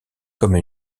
comme